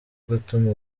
gutuma